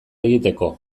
egiteko